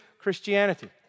Christianity